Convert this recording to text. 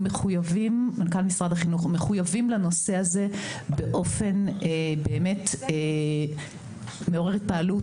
מחויבים לנושא הזה באופן מעורר התפעלות